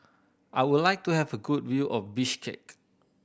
I would like to have a good view of Bishkek